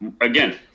again